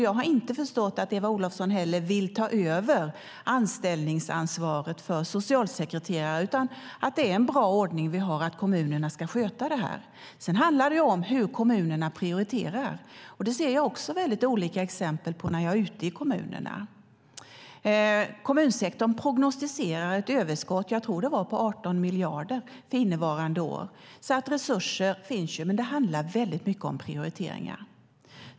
Jag har inte heller förstått att Eva Olofsson vill att staten tar över anställningsansvaret för socialsekreterare utan att det är en bra ordning som vi har att kommunerna ska sköta detta. Sedan handlar det om hur kommunerna prioriterar. Det ser jag också olika exempel på när jag är ute i kommunerna. Kommunsektorn prognostiserar ett överskott på 18 miljarder, tror jag, för innevarande år. Resurser finns alltså. Men det handlar mycket om prioriteringar.